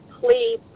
please